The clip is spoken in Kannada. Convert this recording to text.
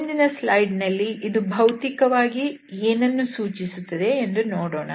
ಮುಂದಿನ ಸ್ಲೈಡ್ ನಲ್ಲಿ ಇದು ಭೌತಿಕವಾಗಿ ಏನನ್ನು ಸೂಚಿಸುತ್ತದೆ ಎಂದು ನೋಡೋಣ